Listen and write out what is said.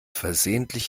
versehentlich